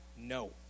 no